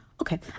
Okay